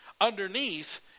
Underneath